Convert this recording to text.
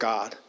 God